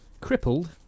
crippled